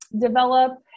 develop